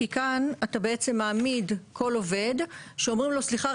כי כאן אתה בעצם מעמיד כל עובד שאומרים לו: סליחה,